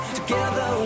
together